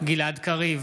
גלעד קריב,